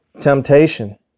temptation